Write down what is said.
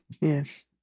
yes